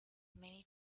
many